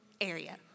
area